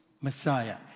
Messiah